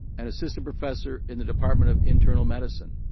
an assistant professor in the department of internal medicine.